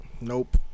Nope